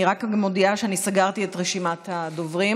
אני רק מודיעה שסגרתי את רשימת הדוברים.